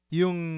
yung